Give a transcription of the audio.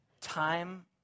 time